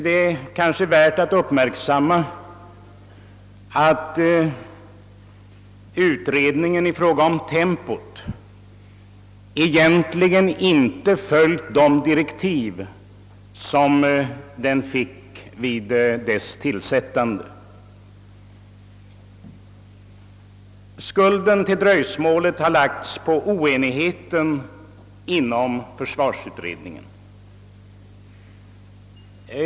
Det kanske är värt att uppmärksamma att utredningen i fråga om tempot egentligen inte följt de direktiv som den fick vid tillsättandet. Dröjsmålet har sagts bero på oenighet inom försvarsutredningen.